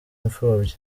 imfubyi